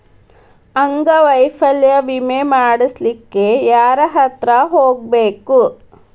ಅಂಗವೈಫಲ್ಯ ವಿಮೆ ಮಾಡ್ಸ್ಲಿಕ್ಕೆ ಯಾರ್ಹತ್ರ ಹೊಗ್ಬ್ಖು?